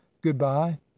good-bye